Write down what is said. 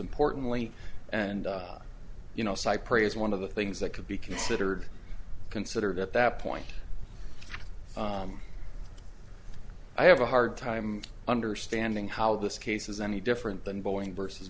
importantly and you know cypre is one of the things that could be considered considered at that point i have a hard time understanding how this case is any different than boeing versus